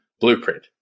blueprint